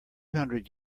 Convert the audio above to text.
hundred